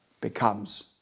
becomes